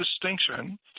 distinction